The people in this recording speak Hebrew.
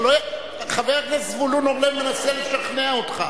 חבר הכנסת זבולון אורלב מנסה לשכנע אותך.